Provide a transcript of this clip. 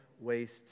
waste